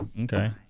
Okay